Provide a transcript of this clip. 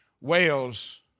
Wales